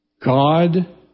God